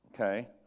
okay